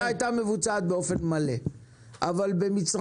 נניח שהתקנות האלה היו מבוצעות באופן מלא אבל במקביל